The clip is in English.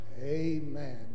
Amen